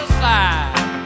side